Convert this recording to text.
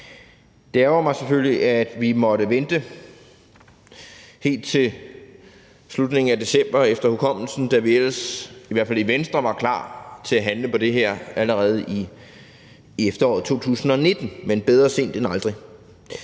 Det ærgrer mig selvfølgelig, at vi måtte vente helt til slutningen af december – efter hukommelsen – da vi ellers, i hvert fald i Venstre, var klar til at handle på det her allerede i efteråret 2019, men bedre sent end aldrig.